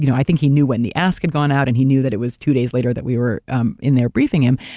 you know i think he knew when the ask had gone out and he knew that it was two days later that we were um in there briefing him,